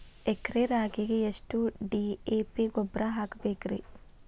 ಎಕರೆ ರಾಗಿಗೆ ಎಷ್ಟು ಡಿ.ಎ.ಪಿ ಗೊಬ್ರಾ ಹಾಕಬೇಕ್ರಿ?